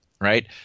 right